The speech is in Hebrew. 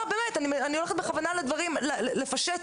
באמת, אני הולכת בכוונה לדברים לפשט.